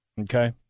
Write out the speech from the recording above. okay